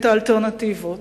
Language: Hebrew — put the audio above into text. את האלטרנטיבות,